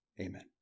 Amen